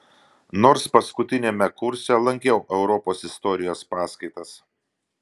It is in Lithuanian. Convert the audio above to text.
nors paskutiniame kurse lankiau europos istorijos paskaitas